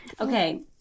Okay